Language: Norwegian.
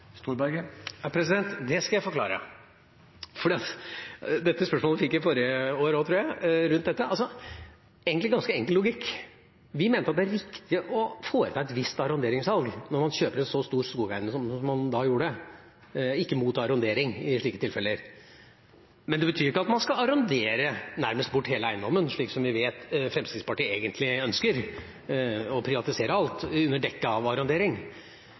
Det skal jeg forklare. Spørsmål rundt dette fikk jeg forrige år også, tror jeg. Det er egentlig ganske enkel logikk. Vi mener at det er riktig å foreta et visst arronderingssalg når man kjøper en så stor skogeiendom som man da gjorde – vi er ikke mot arrondering i slike tilfeller. Men det betyr ikke at man skal arrondere bort nærmest hele eiendommen, slik vi vet Fremskrittspartiet egentlig ønsker; å privatisere alt under dekke av arrondering.